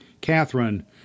Catherine